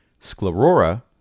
Sclerora